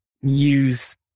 use